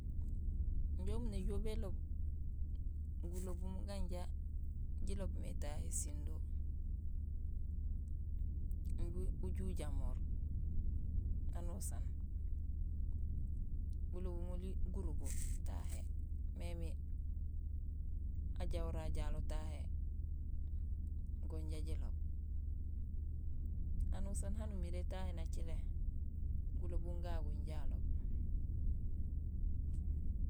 Injé umu néjool béloob gulobuum ganja jiloob mé tahé sindo imbi uju ujamoor anusaan. Gulobuum oli gurubo tahé; mémi ajahora ajalo tahé gon ja jiloob, anusaan haan umiré tahé naciné, gulobuum gagu inja aloob